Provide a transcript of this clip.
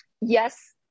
yes